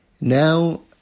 now